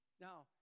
Now